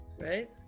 Right